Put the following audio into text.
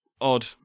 odd